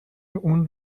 اون